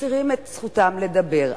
מסירים את זכותם לדבר.